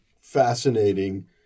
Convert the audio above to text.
fascinating